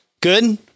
Good